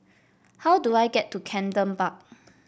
how do I get to Camden Park